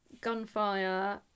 gunfire